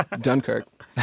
Dunkirk